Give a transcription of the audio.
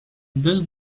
does